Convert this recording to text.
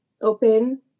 open